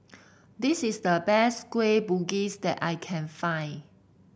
this is the best Kueh Bugis that I can find